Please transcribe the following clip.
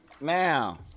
Now